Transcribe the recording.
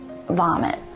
vomit